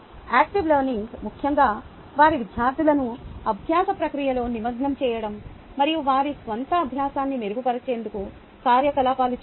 active learning ముఖ్యంగా వారి విద్యార్థులను అభ్యాస ప్రక్రియలో నిమగ్నం చేయడం మరియు వారి స్వంత అభ్యాసాన్ని మెరుగుపరిచేందుకు కార్యకలాపాలు చేయడం